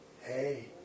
hey